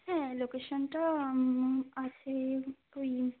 হ্যাঁ লোকেশনটা আছে ওই